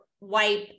wipe